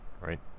right